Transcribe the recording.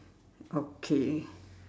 okay